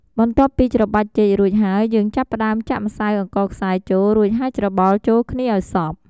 បន្ទាប់់ពីច្របាច់ចេករួចហើយយើងចាប់ផ្ដើមចាក់ម្សៅអង្ករខ្សាយចូល រួចហើយច្របល់ចូលគ្នាឱ្យសព្វ។